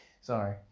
Sorry